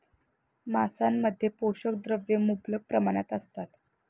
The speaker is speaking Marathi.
मांसामध्ये पोषक द्रव्ये मुबलक प्रमाणात असतात